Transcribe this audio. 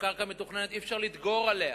כשהקרקע מתוכננת אי-אפשר לדגור עליה,